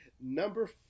number